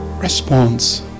response